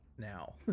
Now